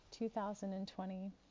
2020